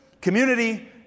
community